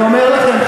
אני אומר לכם,